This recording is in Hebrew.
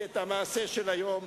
ומעולם,